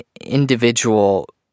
individual